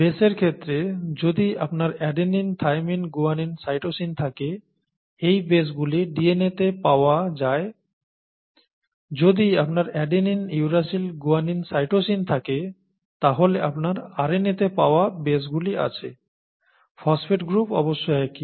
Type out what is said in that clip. বেশের ক্ষেত্রে যদি আপনার অ্যাডেনিন থাইমিন গুয়ানিন সাইটোসিন থাকে এই বেশগুলি DNA তে পাওয়া যায় যদি আপনার অ্যাডেনিন ইউরাসিল গুয়ানিন সাইটোসিন থাকে তাহলে আপনার RNA তে পাওয়া বেশগুলি আছে ফসফেট গ্রুপ অবশ্য একই